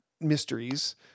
mysteries